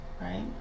right